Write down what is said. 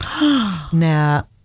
Now